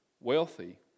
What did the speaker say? wealthy